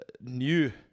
new